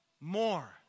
More